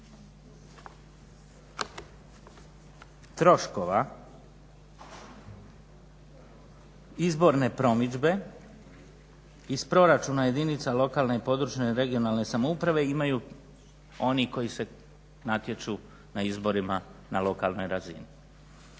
troškova izborne promidžbe iz proračuna jedinica lokalne i područne (regionalne) samouprave imaju oni koji se natječu na izborima na lokalnoj razini.